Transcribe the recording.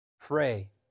Pray